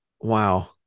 Wow